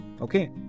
okay